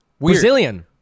Brazilian